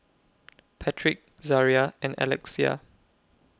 Patric Zaria and Alexia